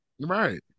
Right